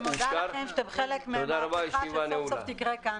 אני מודה לכם שאתם חלק ממהפכה שתקרה כאן סוף-סוף.